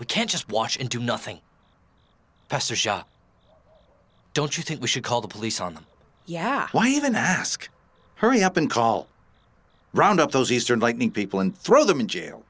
we can't just wash into nothing don't you think we should call the police on them yeah why even ask hurry up and call round up those eastern lightning people and throw them in jail